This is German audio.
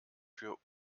für